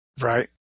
Right